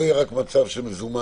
שזה לא יהיה רק מצב של מזומן.